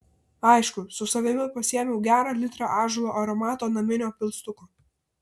aišku su savimi pasiėmiau gerą litrą ąžuolo aromato naminio pilstuko